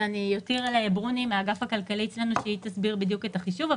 אני אותיר לברוני מהאגף הכלכלי אצלנו להסביר בדיוק את החישוב,